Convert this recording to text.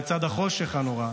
לצד החושך הנורא,